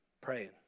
Praying